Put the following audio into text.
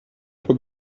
for